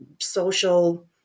social